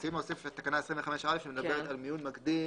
רצינו להוסיף לתקנה 25א, שמדברת על מיון מקדים,